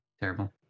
terrible